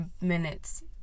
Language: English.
minutes